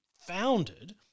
founded